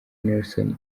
nelson